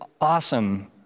awesome